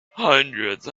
hundreds